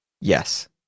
yes